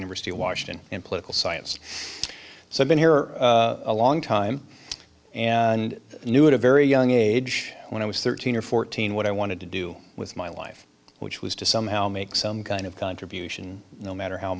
university of washington in political science so i've been here a long time and knew in a very young age when i was thirteen or fourteen what i wanted to do with my life which was to somehow make some kind of contribution no matter how